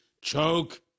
choke